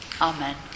Amen